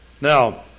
Now